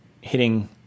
hitting